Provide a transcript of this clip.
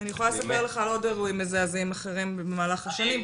אני יכולה לספר לך על עוד אירועים מזעזעים אחרים במהלך השנים.